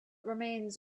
remains